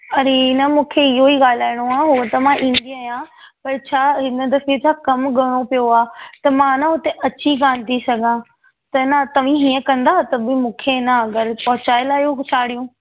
अड़े न मूंखे इहो ई ॻाल्हाइणो आहे उह त मां ईंदी आहियां पर छा हिन दफ़े छा कमु घणो पियो आहे त मां न हुते अची कान थी सघां त न तव्हीं हीअं कंदव तव्हीं मूंखे न घरु पहुचाए लायो साड़ियूं